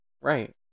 right